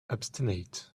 obstinate